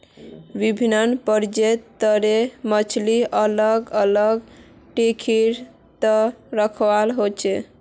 विभिन्न प्रजाति तीर मछली अलग अलग टोकरी त रखवा हो छे